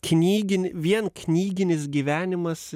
knyginė vien knyginis gyvenimas